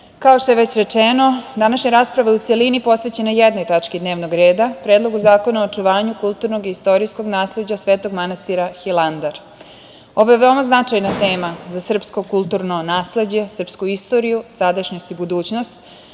kao što je već rečeno, današnja rasprava je u celini posvećena jednoj tački dnevnog reda – Predlogu zakona o očuvanju kulturnog i istorijskog nasleđa svetog manastira Hilandar. Ovo je veoma značajna tema za srpsko kulturno nasleđe, srpsku istoriju, sadašnjost i budućnost.